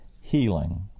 healing